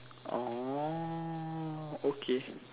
orh okay